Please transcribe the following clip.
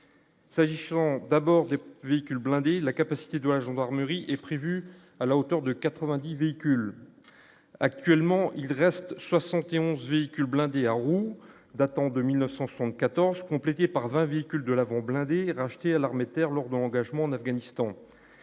S'agissant d'abord véhicules blindés, la capacité de la gendarmerie est prévue à la hauteur de 90 véhicules actuellement, il reste 71 véhicules blindés à roues datant de 1974 complété par 20 véhicules de la avons lundi racheté à l'armée de terre lors d'engagement en Afghanistan